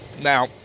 Now